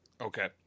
Okay